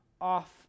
off